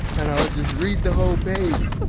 and i would just read the whole page!